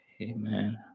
Amen